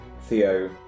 Theo